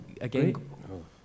Again